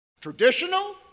Traditional